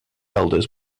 elders